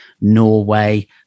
norway